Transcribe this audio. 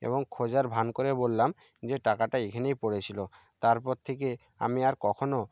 এবং খোঁজার ভান করে বললাম যে টাকাটা এখানেই পড়ে ছিল তারপর থেকে আমি আর কখনো